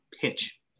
pitch